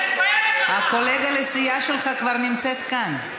הקולגה לסיעה שלך כבר נמצאת כאן.